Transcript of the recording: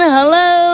Hello